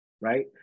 right